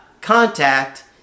contact